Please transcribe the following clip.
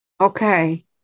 Okay